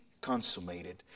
consummated